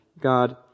God